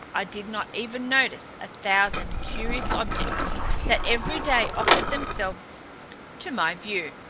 i did not even notice a thousand curious objects that every day offered themselves to my view,